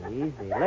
easy